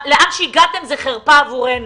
לאן שהגעתם זו חרפה עבורנו,